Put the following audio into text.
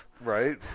Right